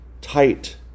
tight